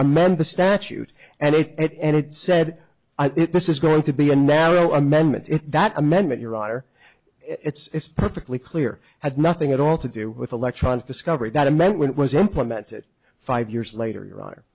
amend the statute and it and it said this is going to be a narrow amendment that amendment your honor it's perfectly clear had nothing at all to do with electrons discovery that amendment was implemented five years later your honor